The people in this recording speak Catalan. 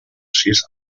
sis